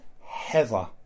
Heather